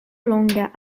longa